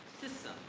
system